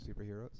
Superheroes